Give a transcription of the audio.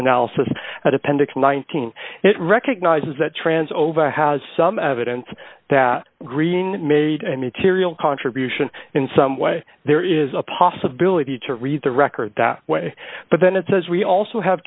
analysis at appendix nineteen it recognizes that trans ova has some evidence that green made and material contribution in some way there is a possibility to read the record that way but then it says we also have